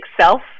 self